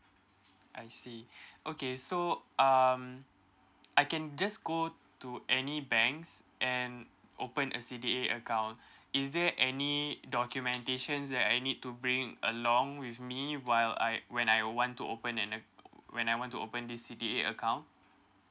I see okay so um I can just go to any banks and open a C_D_A account is there any documentations that I need to bring along with me while I when I want to open an when I want to open this C_D_A account